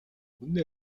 үнэнээ